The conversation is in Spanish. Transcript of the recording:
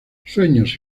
sueños